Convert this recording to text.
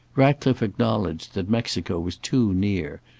ratcliffe acknowledged that mexico was too near,